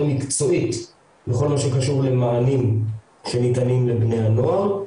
מקצועית בכל מה שקשור למענים שניתנים לבני הנוער.